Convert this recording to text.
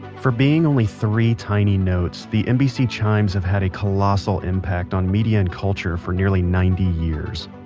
for being only three tiny notes, the nbc chimes have had a colossal impact on media and culture for nearly ninety years.